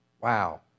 Wow